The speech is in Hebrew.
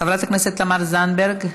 חברת הכנסת תמר זנדברג,